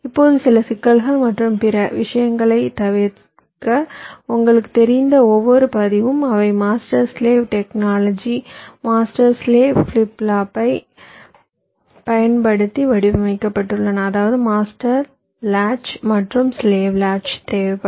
இப்போது சில சிக்கல்கள் மற்றும் பிற விஷயங்களைத் தவிர்க்க உங்களுக்குத் தெரிந்த ஒவ்வொரு பதிவும் அவை master slave technology master slave flip ஃப்ளாப்பைப் பயன்படுத்தி வடிவமைக்கப்பட்டுள்ளன அதாவது மாஸ்டர் லாட்ச் மற்றும் ஸ்லேவ் லாட்ச் தேவைப்படும்